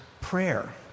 prayer